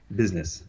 business